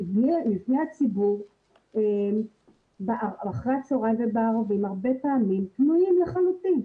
מבני הציבור אחרי הצהריים ובערבים הרבה פעמים פנויים לחלוטין.